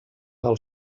del